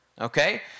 okay